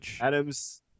Adam's